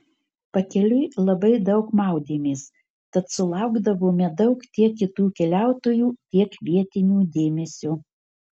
pakeliui labai daug maudėmės tad sulaukdavome daug tiek kitų keliautojų tiek vietinių dėmesio